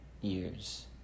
years